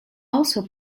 also